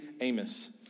Amos